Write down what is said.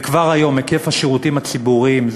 וכבר היום היקף השירותים הציבוריים,